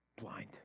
blind